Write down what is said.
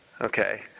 okay